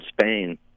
Spain